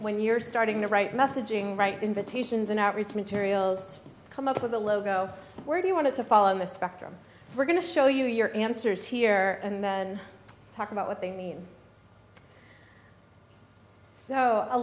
when you're starting the right messaging right invitations an outreach materials come up with a logo where do you want to fall on the spectrum so we're going to show you your answers here and then talk about what they mean so a